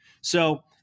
So-